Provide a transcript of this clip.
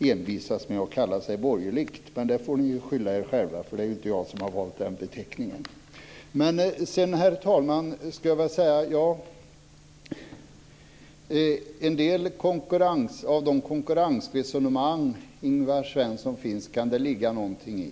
envisas med att kalla sig borgerligt. Men för det får ni skylla er själva, för det är inte jag som har valt den beteckningen. Herr talman! En del av Ingvar Svenssons konkurrensresonemang kan det ligga någonting i.